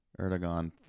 Erdogan